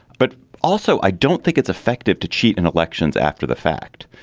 but also i don't think it's effective to cheat in elections after the fact.